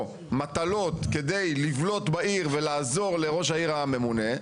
מטלות כדי לבלוט בעיר ולעזור לראש העיר הממונה,